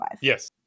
Yes